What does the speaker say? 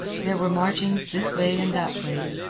there were marchings this way and that way.